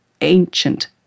ancient